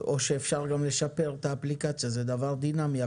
או שאפשר גם לשפר את האפליקציה שהיא דבר דינאמי.